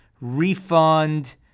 refund